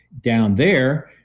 down there,